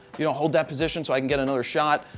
you know, hold that position, so i can get another shot,